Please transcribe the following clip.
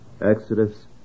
Exodus